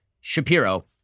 Shapiro